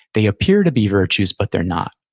they appear to be virtues, but they're not.